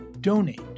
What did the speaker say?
donate